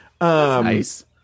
nice